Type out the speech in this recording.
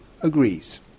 agrees